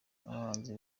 abahanzi